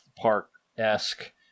park-esque